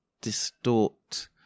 distort